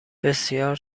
بسیار